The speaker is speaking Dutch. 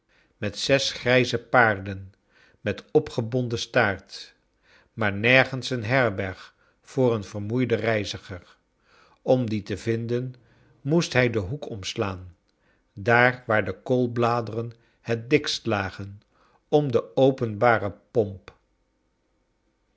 met zes grijze paarden met opgebonden staart maar nergens een herberg voor een vermoeiden reiziger om die te vinden moest hij den hoek omslaan daar waar de koolbladeren het dikst lagen om de openbare pomp